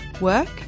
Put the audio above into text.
work